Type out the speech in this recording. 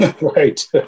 Right